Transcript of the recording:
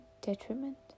detriment